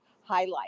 highlight